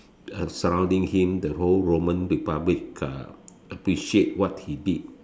surrounding him the whole Roman republic uh appreciate what he did